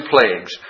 plagues